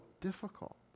difficult